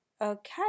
okay